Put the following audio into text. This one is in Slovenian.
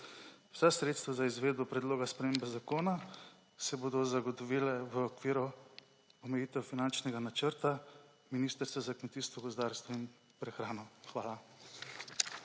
Vsa sredstva za izvedbo predloga spremembe zakona se bodo zagotovila v okviru omejitev finančnega načrta Ministrstva za kmetijstvo, gozdarstvo in prehrano. Hvala.